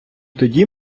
тоді